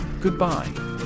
goodbye